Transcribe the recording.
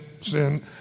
sin